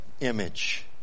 image